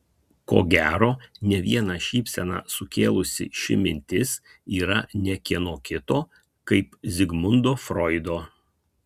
ko gero ne vieną šypseną sukėlusi ši mintis yra ne kieno kito kaip zigmundo froido